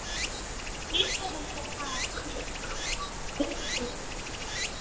ठीक है भैया हाँ ठीक ठीक